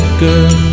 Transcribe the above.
girl